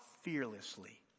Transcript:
fearlessly